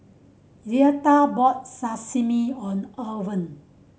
Luetta bought Sashimi own Owen